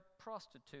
prostitute